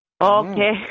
Okay